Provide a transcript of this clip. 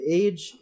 age